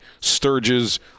Sturge's